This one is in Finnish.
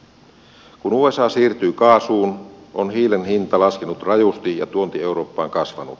kun usa siirtyy kaasuun on hiilen hinta laskenut rajusti ja tuonti eurooppaan kasvanut